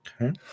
Okay